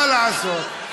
מה לעשות.